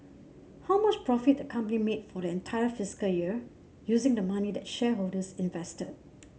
how much profit the company made for the entire fiscal year using the money that shareholders invested